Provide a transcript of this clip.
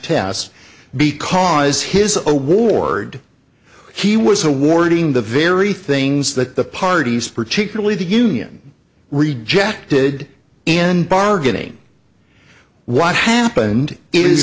test because his award he was awarding the very things that the parties particularly the union rejected in bargaining what happened is th